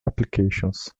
applications